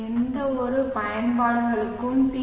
எந்தவொரு பயன்பாடுகளுக்கும் பி